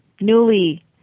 newly